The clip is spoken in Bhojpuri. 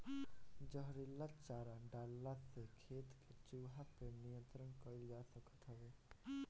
जहरीला चारा डलला से खेत के चूहा पे नियंत्रण कईल जा सकत हवे